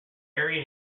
area